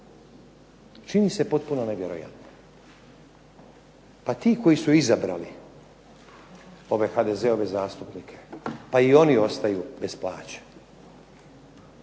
čini se potpuno nevjerojatnim. Pa ti koji su izabrali ove HDZ-ove zastupnike pa i oni ostaju bez plaće.